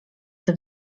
tym